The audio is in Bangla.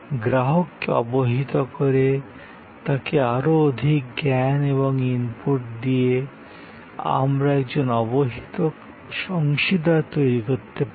গ্রাহককে অবহিত করে তাকে আরও অধিক জ্ঞান এবং ইনপুট দিয়ে আমরা একজন অবহিত অংশীদার তৈরি করতে পারি